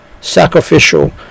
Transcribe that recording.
sacrificial